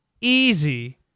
easy